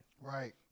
Right